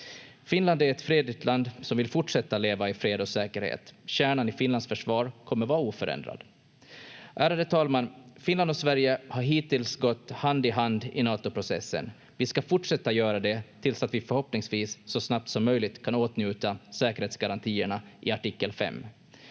Finland är ett fredligt land som vill fortsätta leva i fred och säkerhet. Kärnan i Finlands försvar kommer vara oförändrad. Ärade talman! Finland och Sverige har hittills gått hand i hand i Natoprocessen. Vi ska fortsätta göra det tills vi förhoppningsvis så snabbt som möjligt kan åtnjuta säkerhetsgarantierna i artikel 5.